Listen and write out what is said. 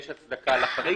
שיש הצדקה לחריג בהקשר הזה.